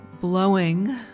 blowing